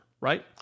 right